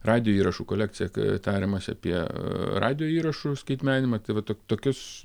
radijo įrašų kolekciją kai tariamasi apie radijo įrašų skaitmeninimą tai va tokius